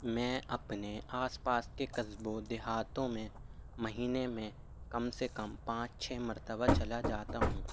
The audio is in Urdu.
میں اپنے آس پاس کے قصبوں دیہاتوں میں مہینے میں کم سے کم پانچ چھ مرتبہ چلا جاتا ہوں